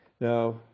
Now